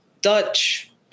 Dutch